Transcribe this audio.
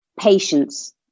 patience